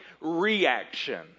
reaction